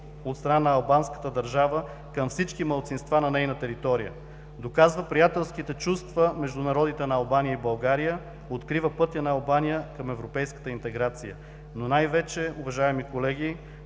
от страна на Албанската държава към всички малцинства на нейна територия, доказва приятелските чувства между народите на Албания и България, открива пътя на Албания към европейската интеграция, но най-вече, уважаеми колеги,